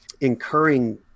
incurring